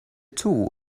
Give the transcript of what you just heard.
two